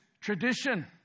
tradition